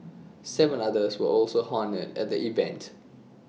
Seven others were also honoured at the event